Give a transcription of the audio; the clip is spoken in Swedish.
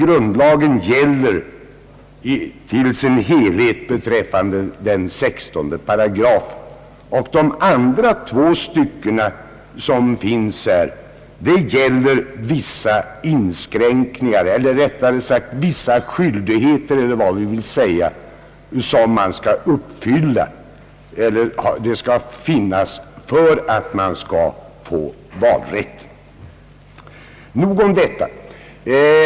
Grundlagen gäller ju i sin helhet beträffande 16 §, och de två andra styckena gäller vissa skyldigheter eller vad vi vill säga, som man skall uppfylla. Det är förutsättningar för att man skall ha rösträtt. Nog om detta.